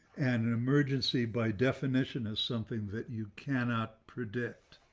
and an emergency, by definition is something that you cannot predict.